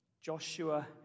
Joshua